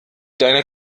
deine